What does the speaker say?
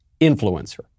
influencer